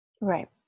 Right